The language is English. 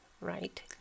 right